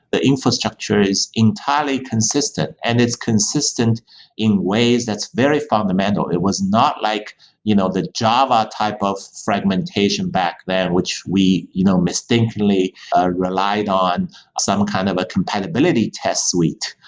the infrastructure is entirely consistent and it's consistent in ways that's very fundamental. it was not like you know the java type of fragmentation back then, which we you know mistakenly ah relied on some kind of a compatibility test suite.